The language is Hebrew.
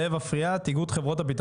בבקשה זאב, ממש בדקה.